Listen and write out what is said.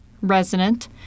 resident